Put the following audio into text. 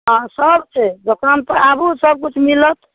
हँ सब छै दोकान पर आबू सबकिछु मिलत